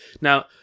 Now